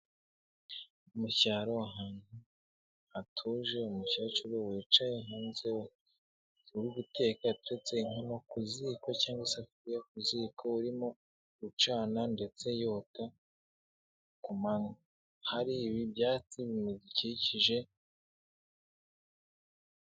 Mu cyaro ahantu hatuje umukecuru wicaye hanze uri guteka ateretse inkono ku ziko cyangwa isafuriya ku ziko urimo gucana ndetse yota ku manywa, hari ibi ibyatsi bimukikije.